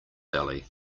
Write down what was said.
valley